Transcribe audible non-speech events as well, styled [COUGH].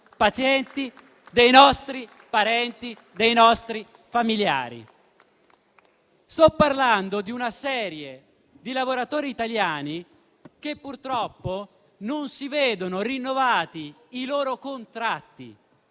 dei nostri parenti, dei nostri familiari. [APPLAUSE] Sto parlando di una serie di lavoratori italiani che purtroppo non vedono rinnovati i loro contratti.